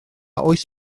oes